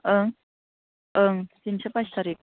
ओं ओं दिनैसो बाइस थारिख